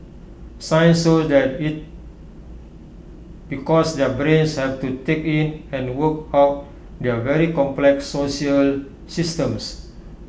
science shows that IT because their brains have to take in and work out their very complex social systems